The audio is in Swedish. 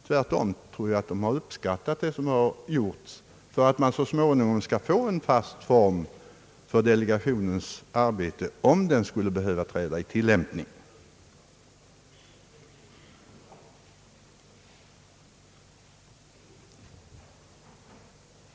Tvärtom tror jag att man har uppskattat det som gjorts för att delegationens arbete så småningom skall få en fast form, om delegationen skulle behöva träda i verksamhet.